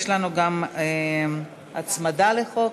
יש לנו גם הצמדה לחוק.